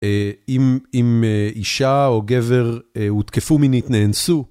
אם אישה או גבר הותקפו מינית, נאנסו.